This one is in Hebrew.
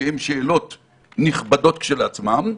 שהן שאלות נכבדות כשלעצמן,